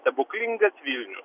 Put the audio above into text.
stebuklingas vilnius